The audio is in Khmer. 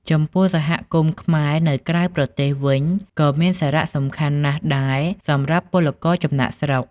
ចំពោះសហគមន៍ខ្មែរនៅក្រៅប្រទេសវិញ ក៏មានសារៈសំខាន់ណាស់ដែរសម្រាប់ពលករចំណាកស្រុក ។